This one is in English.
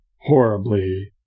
horribly